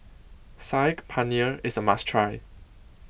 Saag Paneer IS A must Try